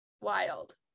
Wild